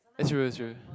that's true that's true